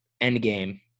Endgame